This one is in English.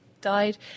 died